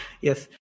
Yes